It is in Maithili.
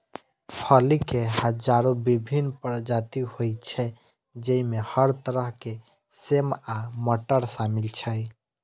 फली के हजारो विभिन्न प्रजाति होइ छै, जइमे हर तरह के सेम आ मटर शामिल छै